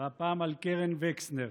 והפעם על קרן וקסנר.